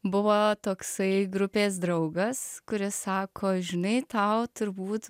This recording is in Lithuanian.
buvo toksai grupės draugas kuris sako žinai tau turbūt